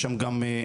אז יש שם גם גניבות.